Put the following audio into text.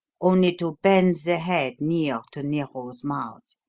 only to bend the head near to nero's mouth.